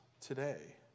today